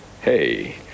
Hey